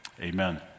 amen